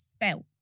felt